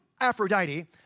Aphrodite